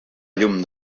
llum